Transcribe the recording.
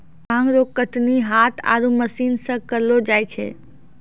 भांग रो कटनी हाथ आरु मशीन से करलो जाय छै